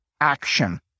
action